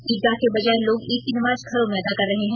ईदगाह के बजाय लोग ईद की नमाज घरों में अदा कर रहे हैं